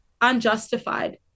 unjustified